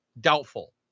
Doubtful